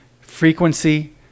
frequency